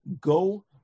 Go